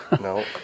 No